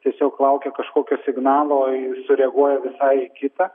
tiesiog laukia kažkokio signalo ir sureaguoja visai į kitą